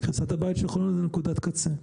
קריסת הבית בחולון זו נקודת קצה.